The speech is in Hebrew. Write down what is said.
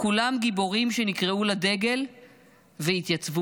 כולם גיבורים שנקראו לדגל והתייצבו,